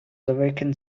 awakened